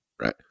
Right